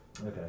Okay